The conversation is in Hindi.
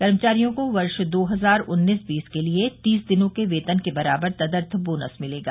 कर्मचारियों को वर्ष दो हजार उन्नीस बीस के लिए तीस दिनों के वेतन के बराबर तदर्थ बोनस मिलेगा